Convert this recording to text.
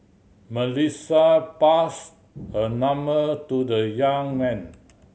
Melissa passed her number to the young man